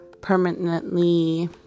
permanently